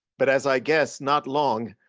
but as i guess, not long.